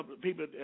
people